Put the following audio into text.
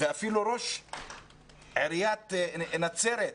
ראש עיריית נצרת,